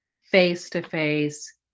face-to-face